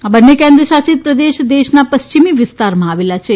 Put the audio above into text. આ બંને કેન્દ્રશાસિત પ્રદેશ દેશના પશ્ચિમી વિસ્તારમાં આવેલા છે